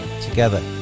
together